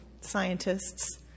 scientists